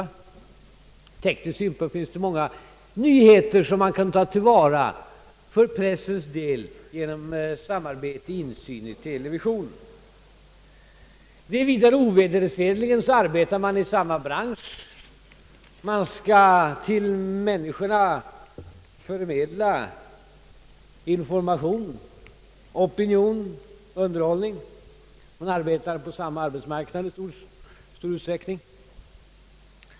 Ur teknisk synpunkt finns det många nyheter som man kan ta till vara för pressens del genom samarbete med och insyn i televisionen, Vidare förhåller det sig på det sättet att man ovedersägligen arbetar i samma bransch — man skall ju till människorna förmedla «information, opinion, underhållning. Man arbetar också på samma arbetsmarknad i stor utsträckning.